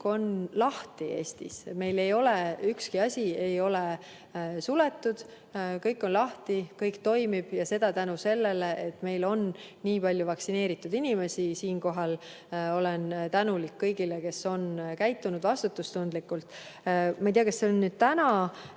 on lahti Eestis. Meil ei ole ükski asi suletud. Kõik on lahti, kõik toimib, ja seda tänu sellele, et meil on nii palju vaktsineeritud inimesi. Siinkohal olen tänulik kõigile, kes on käitunud vastutustundlikult. Ma ei tea, kas tuli täna,